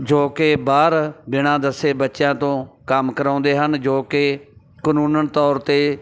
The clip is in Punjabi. ਜੋ ਕਿ ਬਾਹਰ ਬਿਨਾਂ ਦੱਸੇ ਬੱਚਿਆਂ ਤੋਂ ਕੰਮ ਕਰਾਉਂਦੇ ਹਨ ਜੋ ਕਿ ਕਾਨੂੰਨ ਤੌਰ 'ਤੇ